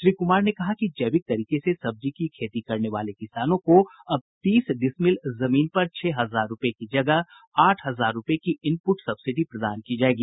श्री कुमार ने कहा कि जैविक तरीके से सब्जी की खेती करने वाले किसानों को अब तीस डिसमिल जमीन पर छह हजार की जगह आठ हजार रूपये की इनपुट सब्सिडी प्रदान की जायेगी